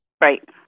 Right